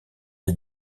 des